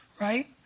right